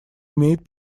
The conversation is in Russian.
имеет